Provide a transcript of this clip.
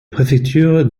préfecture